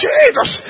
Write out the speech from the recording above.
Jesus